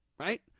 Right